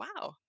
wow